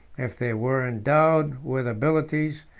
if they were endowed with abilities,